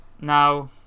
Now